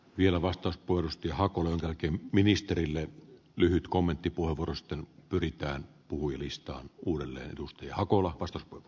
ilmastospurs piha kulloiseenkin ministerille lyhyt kommentti punavorsten pyritään puhui se oli jatkuvassa käsittelyssä